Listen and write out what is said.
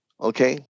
okay